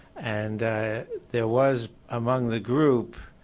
and there was among the group,